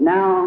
Now